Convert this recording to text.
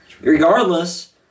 Regardless